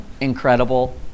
incredible